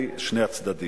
על-ידי שני הצדדים,